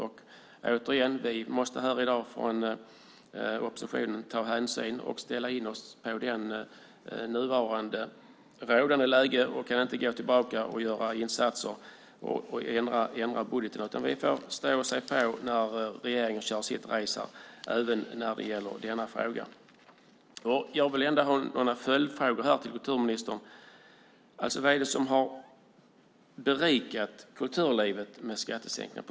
Oppositionen måste i dag ta hänsyn till detta och acceptera det rådande läget. Vi kan inte gå tillbaka och göra insatser genom att ändra budgeten, utan vi får stå och se på när regeringen kör sitt race också i denna fråga. Jag har några följdfrågor till kulturministern. Vad i kulturlivet har berikats genom skattesänkningarna?